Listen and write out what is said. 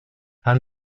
han